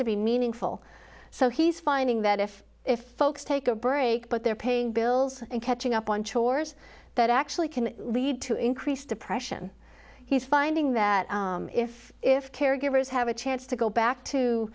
to be meaningful so he's finding that if if folks take a break but they're paying bills and catching up on chores that actually can lead to increased depression he's finding that if if caregivers have a chance to go back to